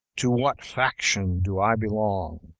to what faction do i belong?